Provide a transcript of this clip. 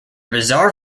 bizarre